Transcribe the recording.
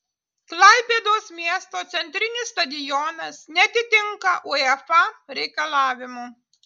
klaipėdos miesto centrinis stadionas neatitinka uefa reikalavimų